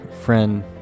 friend